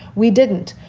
we didn't.